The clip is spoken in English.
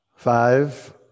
Five